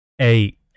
eight